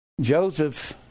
joseph